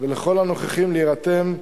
ולכל הנוכחים להירתם,